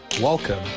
welcome